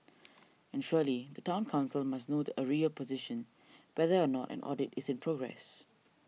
and surely the Town Council must know the arrears position whether or not an audit is in progress